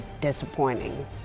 disappointing